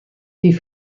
die